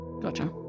Gotcha